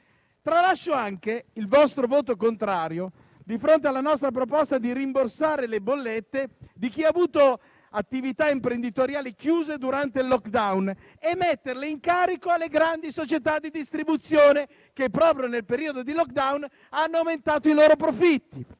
Tralascio anche il vostro voto contrario di fronte alla nostra proposta di rimborsare le bollette di chi ha avuto attività imprenditoriali chiuse durante il *lockdown* e di metterle in carico alle grandi società di distribuzione, che proprio nel periodo del *lockdown* hanno aumentato i loro profitti.